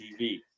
TV